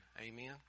Amen